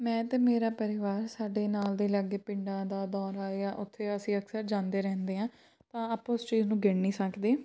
ਮੈਂ ਅਤੇ ਮੇਰਾ ਪਰਿਵਾਰ ਸਾਡੇ ਨਾਲ ਦੇ ਲਾਗੇ ਪਿੰਡਾਂ ਦਾ ਦੌਰਾ ਜਾਂ ਉੱਥੇ ਅਸੀਂ ਅਕਸਰ ਜਾਂਦੇ ਰਹਿੰਦੇ ਹਾਂ ਤਾਂ ਆਪਾਂ ਉਸ ਚੀਜ਼ ਨੂੰ ਗਿਣ ਨਹੀਂ ਸਕਦੇ